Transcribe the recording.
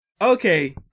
Okay